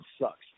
sucks